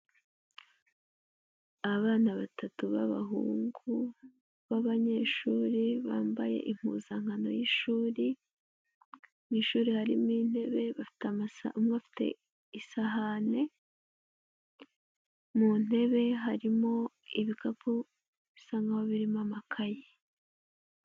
Abana batatu b'abahungu b'abanyeshuri bambaye impuzankano y'ishuri, mu ishuri harimo intebe, umwe afite isahane, mu ntebe harimo ibikapu bisa nkaho biririmo amakaye.